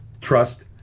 trust